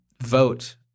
vote